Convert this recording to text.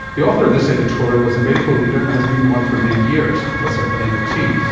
the author of this editorial is a medical leader and has been one for many years, professor helena teede,